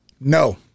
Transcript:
No